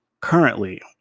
currently